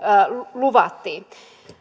luvattiin